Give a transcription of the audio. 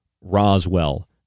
Roswell